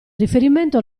riferimento